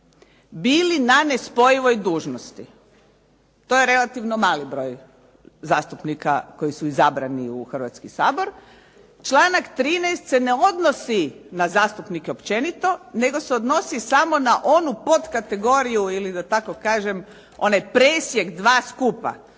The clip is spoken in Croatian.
bili na nespojivoj dužnosti. To je relativno mali broj zastupnika koji su izabrani u Hrvatski sabor. Članak 13. se ne odnosi na zastupnike općenito, nego se odnosi samo na onu potkategoriju ili da tako kažem onaj presjek dva skupa.